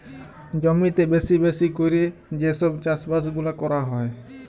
জমিতে বেশি বেশি ক্যরে যে সব চাষ বাস গুলা ক্যরা হ্যয়